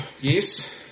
Yes